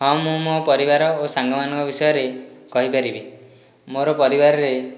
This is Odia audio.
ହଁ ମୁଁ ମୋ' ପରିବାର ଓ ସାଙ୍ଗମାନଙ୍କ ବିଷୟରେ କହିପାରିବି ମୋର ପରିବାରରେ